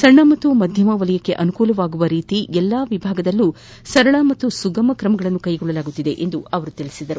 ಸಣ್ಣ ಹಾಗೂ ಮಧ್ಯಮ ವಲಯಕ್ಕೆ ಅನುಕೂಲವಾಗುವ ರೀತಿ ಎಲ್ಲಾ ವಿಭಾಗದಲ್ಲೂ ಸರಳ ಹಾಗೂ ಸುಲಭವಾದ ಕ್ರಮಗಳನ್ನು ಕೈಗೊಳ್ಳಲಾಗುತ್ತಿದೆ ಎಂದು ಅವರು ಹೇಳಿದರು